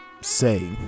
say